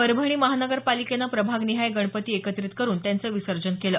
परभणी महानगरपालिकेनं प्रभाग निहाय गणपती एकत्रित करून त्यांचं विसर्जन केलं